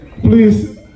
Please